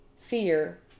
fear